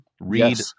read